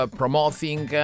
promoting